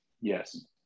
Yes